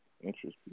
Interesting